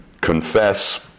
confess